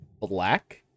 black